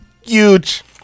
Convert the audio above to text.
Huge